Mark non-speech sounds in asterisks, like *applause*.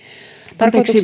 tarkoituksena *unintelligible*